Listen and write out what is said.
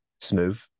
Smooth